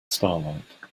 starlight